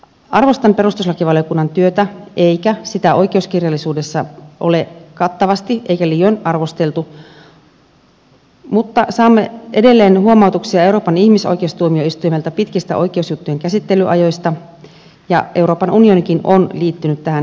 arvostan perustuslakivaliokunnan työtä eikä sitä oikeuskirjallisuudessa ole kattavasti eikä liioin arvosteltu mutta saamme edelleen huomautuksia euroopan ihmisoikeustuomioistuimelta pitkistä oikeusjuttujen käsittelyajoista ja euroopan unionikin on liittynyt tähän ihmisoikeussopimukseen